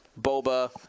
Boba